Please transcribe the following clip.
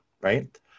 right